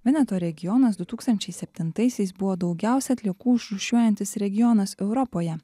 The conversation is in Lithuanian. vineto regionas du tūkstančiai septintaisiais buvo daugiausia atliekų išrūšiuojantis regionas europoje